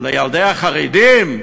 לילדי החרדים?